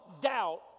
doubt